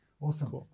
Awesome